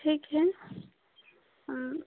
ठीक है हाँ